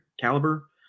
caliber